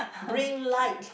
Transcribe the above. bring lights